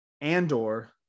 Andor